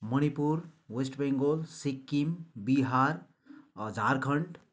Manipur West Bengal Sikkim Bihar Jharkhand